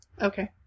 Okay